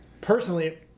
personally